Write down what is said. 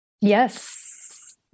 Yes